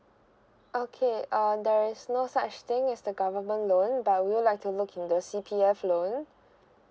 okay err there is no such thing as the government loan but would you like to look in the C_P_F loan